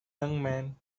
man